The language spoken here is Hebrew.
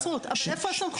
כן, אבל איפה הסמכות?